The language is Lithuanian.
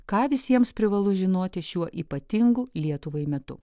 ką visiems privalu žinoti šiuo ypatingu lietuvai metu